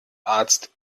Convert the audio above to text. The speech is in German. arzt